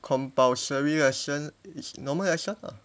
compulsory lesson is normal lesson ah